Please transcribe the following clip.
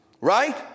Right